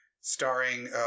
starring